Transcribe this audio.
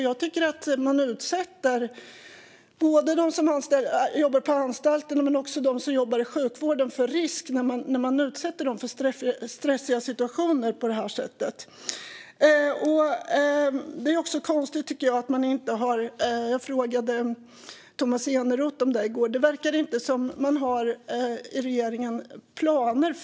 Jag tycker att man utsätter både dem som jobbar på anstalterna och dem som jobbar i sjukvården för risk när man utsätter dem för stressiga situationer på det här sättet. Jag tycker också att det är konstigt att det inte verkar som att regeringen har planer för hur man ska hantera pandemin framöver.